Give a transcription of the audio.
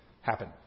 happen